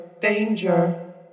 Danger